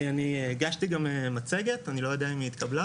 אני הגשתי מצגת, אני לא יודע אם היא התקבלה.